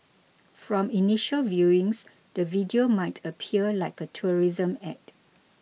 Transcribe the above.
from initial viewings the video might appear like a tourism ad